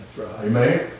Amen